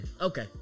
Okay